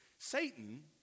Satan